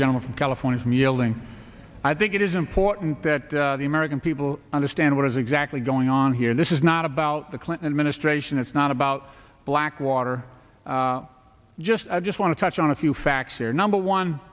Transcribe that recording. general from california from yielding i think it is important that the american people understand what is exactly going on here this is not about the clinton administration it's not about blackwater just i just want to touch on a few facts here number